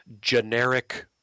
generic